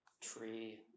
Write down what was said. tree